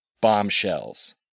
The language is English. Bombshells